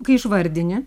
kai išvardini